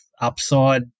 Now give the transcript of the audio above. upside